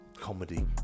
comedy